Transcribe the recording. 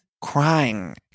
crying